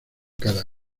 cada